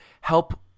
help